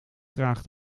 graag